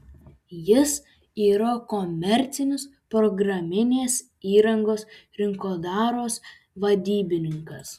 jis yra komercinės programinės įrangos rinkodaros vadybininkas